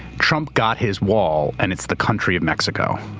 trump got his wall and it's the country of mexico.